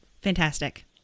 Fantastic